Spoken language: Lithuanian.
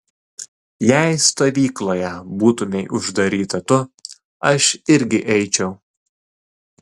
jei stovykloje būtumei uždaryta tu aš irgi eičiau